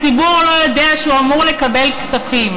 הציבור לא יודע שהוא אמור לקבל כספים.